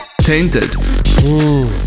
tainted